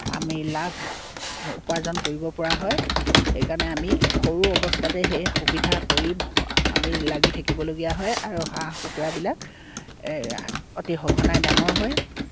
আমি লাভ উপাৰ্জন কৰিব পৰা হয় সেইকাৰণে আমি সৰু অৱস্থাতে সেই সুবিধা কৰি আমি লাগি থাকিবলগীয়া হয় আৰু হাঁহ কুকুৰাবিলাক অতি সঘনাই ডাঙৰ হয়